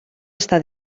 està